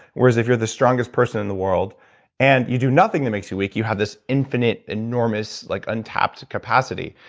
whereas, if you're the strongest person in the world and you do nothing that makes you weak, you have this infinite enormous, like, untapped capacity.